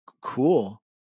cool